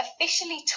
officially